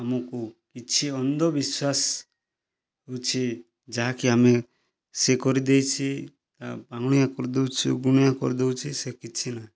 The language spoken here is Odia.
ଆମକୁ କିଛି ଅନ୍ଧ ବିଶ୍ଵାସ ଅଛି ଯାହାକି ଆମେ ସେ କରି ଦେଇଛି ପାଙ୍ଗୁଣିଆ କରି ଦେଉଛୁ ଗୁଣିଆ କରିଦେଇଛି ସେ କିଛି ନାହିଁ